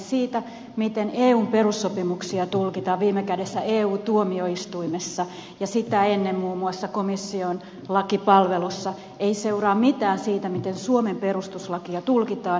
siitä miten eun perussopimuksia tulkitaan viime kädessä eu tuomioistuimessa ja sitä ennen muun muassa komission lakipalvelussa ei seuraa mitään siitä miten suomen perustuslakia tulkitaan